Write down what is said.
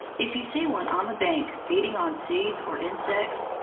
if you see one on the bank feeding on seeds or insects,